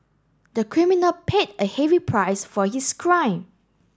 the criminal paid a heavy price for his crime